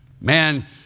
Man